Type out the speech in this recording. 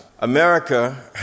America